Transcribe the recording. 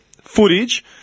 Footage